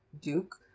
Duke